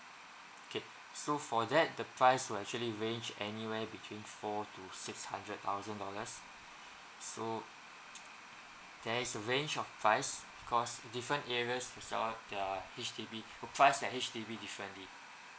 okay so for that the price will actually range anywhere between four to six hundred thousand dollars so there is a range of price because different areas will sell out their H_D_B will price their H_D_B differently